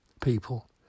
people